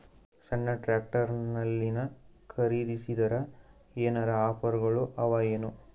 ಸಣ್ಣ ಟ್ರ್ಯಾಕ್ಟರ್ನಲ್ಲಿನ ಖರದಿಸಿದರ ಏನರ ಆಫರ್ ಗಳು ಅವಾಯೇನು?